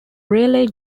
rayleigh